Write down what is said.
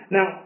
Now